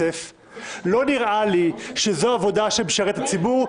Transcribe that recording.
לא נראה לי שזאת עבודה שמשרתת את הציבור.